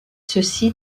ceci